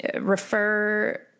refer